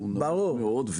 הוא נמוך עוד.